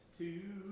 two